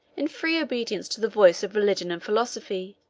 in free obedience to the voice of religion and philosophy,